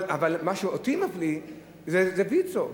אבל מה שאותי מפליא זה ויצו,